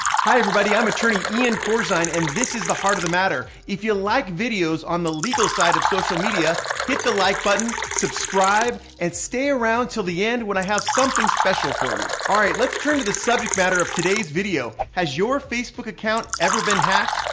hi, everybody. i'm attorney ian corzine and this is the teart of the matter. if you like videos on the legal side of social media, hit the like button, subscribe and stay around until the end when i have something special for you. all right, let's turn to the subject matter of today's video. has your facebook account ever been hacked?